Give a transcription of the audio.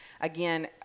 again